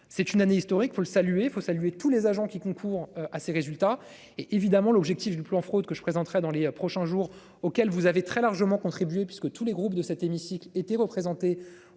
C'est une année historique pour le saluer faut saluer tous les agents qui concourt à ces résultats. Et évidemment, l'objectif du plan fraude que je présenterai dans les prochains jours auquel vous avez très largement contribué puisque tous les groupes de cet hémicycle étaient représentés.